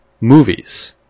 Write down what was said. movies